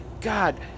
God